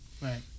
Right